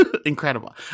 incredible